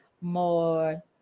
more